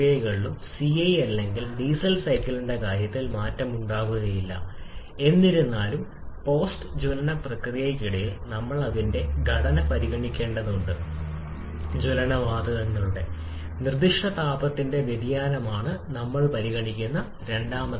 2 ഉം 2 ഉം തമ്മിലുള്ള ഈ വ്യത്യാസം കൂടുതൽ പ്രകടമായി 3 നും 3 നും ഇടയിൽ 'കാരണം 3' താഴേക്കിറങ്ങി അല്ലെങ്കിൽ 3 ൽ നിന്ന് താഴേക്കിറങ്ങുന്നു കാരണം ഈ 2 'ന്റെ താഴ്ന്ന സ്ഥാനവും താപനിലയിലെ വർദ്ധനയോടെ സിവിയിൽ ഇനിയും കുറയുന്നു